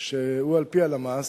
שהוא על-פי הלמ"ס,